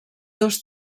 dos